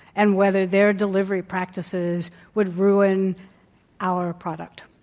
and whether their delivery practices would ruin our product.